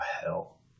hell